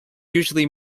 usually